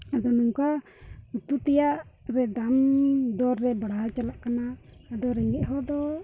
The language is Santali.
ᱟᱫᱚ ᱱᱚᱝᱠᱟ ᱩᱛᱩ ᱛᱮᱭᱟᱜ ᱫᱟᱢ ᱫᱚᱨ ᱨᱮ ᱵᱟᱲᱦᱟᱣ ᱪᱟᱞᱟᱜ ᱠᱟᱱᱟ ᱟᱫᱚ ᱨᱮᱸᱜᱮᱡ ᱦᱚᱲ ᱫᱚ